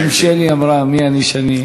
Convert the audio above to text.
אם שלי אמרה, מי אני,